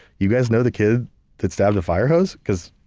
you guys know the kid that stabbed the fire hose? because,